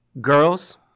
Girls